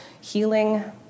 healing